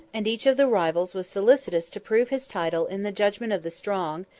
and each of the rivals was solicitous to prove his title in the judgment of the strong,